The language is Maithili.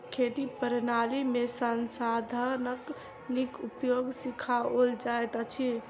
खेती प्रणाली में संसाधनक नीक उपयोग सिखाओल जाइत अछि